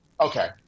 okay